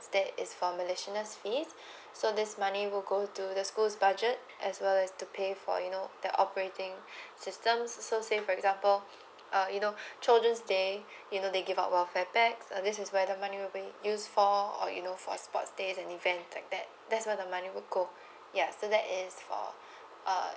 that is for miscellaneous fees so this money will go to the school's budget as well as to pay for you know the operating system so say for example uh you know children's day you know they give our feedback uh this is where the money will be use for or you know for sports days and events like that there's all the money will go ya so that is for uh